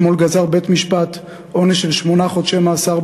אתמול גזר בית-משפט עונש של שמונה חודשי מאסר